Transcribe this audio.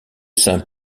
saint